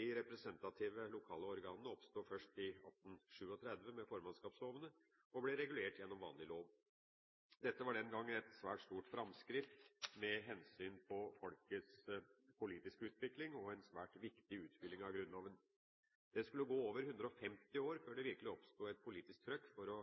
De representative lokale organene oppsto først i 1837 med formannskapslovene og ble regulert gjennom vanlig lov. Dette var den gang et svært stort framskritt med hensyn til folkets politiske utvikling og en svært viktig utfylling av Grunnloven. Det skulle gå over 150 år før det virkelig oppsto et politisk «trøkk» for å